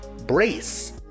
Brace